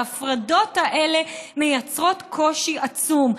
ההפרדות האלה מייצרות קושי עצום,